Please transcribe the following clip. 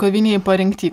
kovinėj parengty